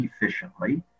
efficiently